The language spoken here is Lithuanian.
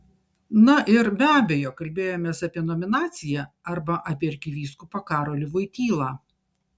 na ir be abejo kalbėjomės apie nominaciją arba apie arkivyskupą karolį voitylą